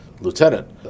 lieutenant